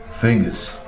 fingers